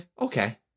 okay